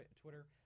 twitter